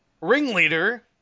ringleader